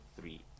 three